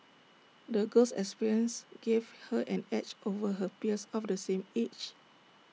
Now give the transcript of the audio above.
the girl's experiences gave her an edge over her peers of the same age